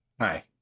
Hi